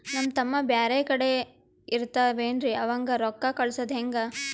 ನಮ್ ತಮ್ಮ ಬ್ಯಾರೆ ಕಡೆ ಇರತಾವೇನ್ರಿ ಅವಂಗ ರೋಕ್ಕ ಕಳಸದ ಹೆಂಗ?